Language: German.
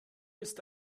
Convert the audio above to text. ist